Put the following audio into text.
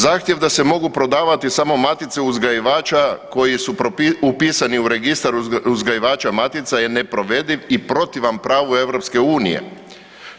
Zahtjev da se mogu prodavati samo matice uzgajivača koji su upisani u registar uzgajivača matica je neprovediv i protivan pravu EU-a.